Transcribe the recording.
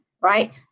right